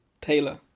Taylor